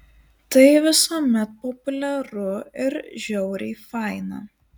tai visuomet populiaru ir žiauriai faina